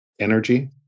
energy